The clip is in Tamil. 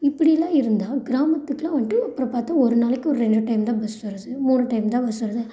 இப்படிலா இருந்தால் கிராமத்துக்குலாம் வந்துட்டு அப்புறம் பார்த்தா ஒரு நாளைக்கு ஒரு ரெண்டு டைம்தான் பஸ் வருது ஒரு டைம்தான் பஸ் வருது